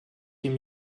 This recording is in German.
dem